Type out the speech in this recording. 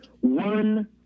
one